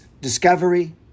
discovery